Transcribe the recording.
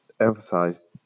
emphasize